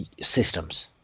systems